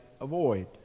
avoid